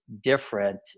different